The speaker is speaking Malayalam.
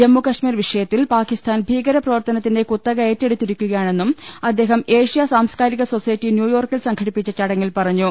ജമ്മുകശ്മീർ വിഷയത്തിൽ പാക്കിസ്ഥാൻ ഭീകര പ്രവർത്തനത്തിന്റെ കുത്തക ഏറ്റെടുത്തിരിക്കുകയാണെന്നും അദ്ദേഹം ഏഷ്യാ സാംസ്കാരിക സൊസൈറ്റി ന്യൂയോർക്കിൽ സംഘടപ്പിച്ച ചടങ്ങിൽ പറഞ്ഞു